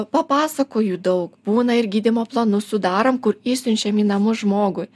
papasakoju daug būna ir gydymo planus sudarom kur išsiunčia į namus žmogui